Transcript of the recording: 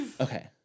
okay